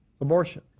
abortion